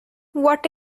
what